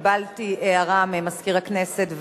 קיבלתי הערה ממזכיר הכנסת,